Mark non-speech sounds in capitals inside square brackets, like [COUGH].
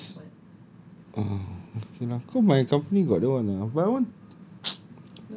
no because uh okay lah cause my company got that one ah but I want [NOISE]